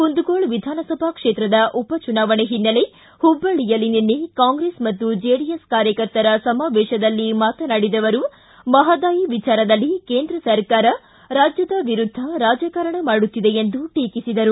ಕುಂದಗೋಳ ವಿಧಾನಸಭೆ ಕ್ಷೇತ್ರದ ಉಪಚುನಾವಣೆ ಹಿನ್ನೆಲೆ ಹುಬ್ಬಳ್ಳಿಯಲ್ಲಿ ನಿನ್ನೆ ಕಾಂಗ್ರೆಸ್ ಮತ್ತು ಜೆಡಿಎಸ್ ಕಾರ್ಯಕರ್ತರ ಸಮಾವೇಶದಲ್ಲಿ ಮಾತನಾಡಿದ ಅವರು ಮಹಾದಾಯಿ ವಿಚಾರದಲ್ಲಿ ಕೇಂದ್ರ ಸರ್ಕಾರ ರಾಜ್ಯದ ವಿರುದ್ದ ರಾಜಕಾರಣ ಮಾಡುತ್ತಿದೆ ಎಂದು ಟೀಕಿಸಿದರು